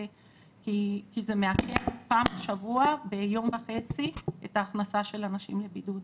כי זה מעכב פעם בשבוע ביום וחצי את ההכנסה של אנשים לבידוד.